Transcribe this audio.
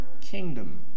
kingdom